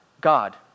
God